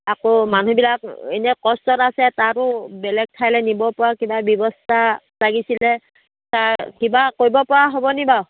আকৌ মানুহবিলাক এনে কষ্টত আছে তাতো বেলেগ ঠাইলৈ নিবপৰা কিবা ব্যৱস্থা লাগিছিলে ছাৰ কিবা কৰিবপৰা হ'ব নি বাৰু